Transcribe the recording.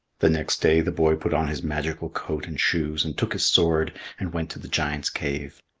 the next day the boy put on his magical coat and shoes and took his sword and went to the giant's cave.